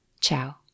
Ciao